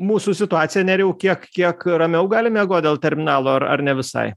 mūsų situacija nerijau kiek kiek ramiau galim miegot dėl terminalo ar ar ne visai